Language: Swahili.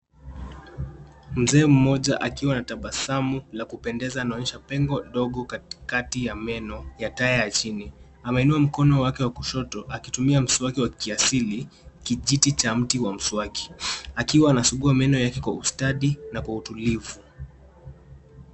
Mzee mmoja akiwa na tabasamu la kupendeza anaonyesha pengo ndogo, katikati ya meno ya taya ya chini, ameinua mkono wake wa kushoto, akitumia mswaki wa kiasili, kijiti cha mti wa mswaki, akiwa anasugua meno yake kwa ustadi, na kwa utulivu.